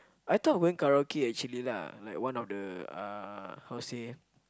I thought going karaoke actually lah like one of the uh how say